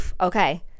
okay